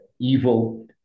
evil